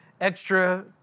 extra